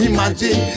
Imagine